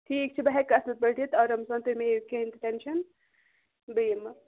ٹھیٖک چھُ بہٕ ہٮ۪کہٕ اَصٕل پٲٹھۍ یِتھ آرام سان تُہۍ مہٕ ہیٚیِو کِہیٖنۍ تہِ ٹٮ۪نشَن بہٕ یِمہٕ